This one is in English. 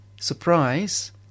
surprise